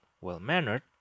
well-mannered